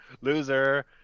Loser